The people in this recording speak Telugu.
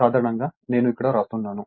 సాధారణంగా నేను ఇక్కడ వ్రాస్తున్నాను